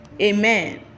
Amen